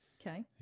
Okay